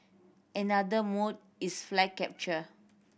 another mode is flag capture